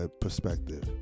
perspective